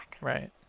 Right